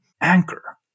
anchor